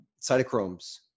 cytochromes